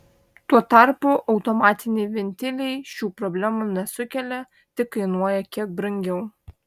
tuo tarpu automatiniai ventiliai šių problemų nesukelia tik kainuoja kiek brangiau